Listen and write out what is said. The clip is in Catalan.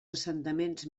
assentaments